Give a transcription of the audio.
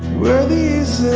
were these